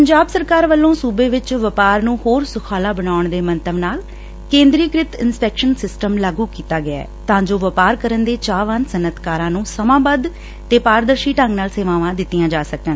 ਪੰਜਾਬ ਸਰਕਾਰ ਵੱਲੋਂ ਸੂਬੇ ਚ ਵਪਾਰ ਨੂੰ ਹੋਰ ਸੁਖਾਲਾ ਬਣਾਉਣ ਦੇ ਮੰਤਵ ਨਾਲ ਕੇਦਰੀਕ੍ਰਿਤ ਇੰਸਪੈਕਸ਼ਨ ਸਿਸਟਮ ਲਾਗੁ ਕੀਤਾ ਗਿਐ ਤਾਂ ਜੋ ਵਪਾਰ ਕਰਨ ਦੇ ਚਾਹਵਾਨ ਸਨਅਤਕਾਰਾਂ ਨੂੰ ਸਮਾਂਬੱਧ ਤੇ ਪਾਰਦਰਸ਼ੀ ਢੰਗ ਨਾਲ ਸੇਵਾਵਾਂ ਦਿੱਤੀਆਂ ਜਾ ਸਕਣ